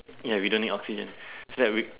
ya we don't need oxygen so that we